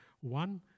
One